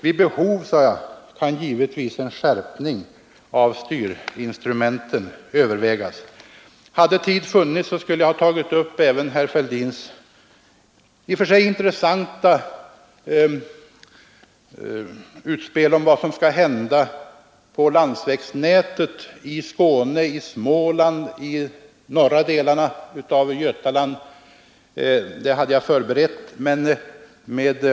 Vid behov”, sade jag, ”kan givetvis en skärpning av styrinstrumenten övervägas.” Hade tid funnits, skulle jag ha tagit upp även herr Fälldins i och för sig intressanta utspel om vad som skall hända med landsvägsnätet i Skåne, i Småland och i norra delarna av Götaland. Jag hade förberett en del synpunkter på detta.